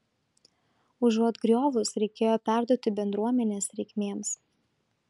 užuot griovus reikėjo perduoti bendruomenės reikmėms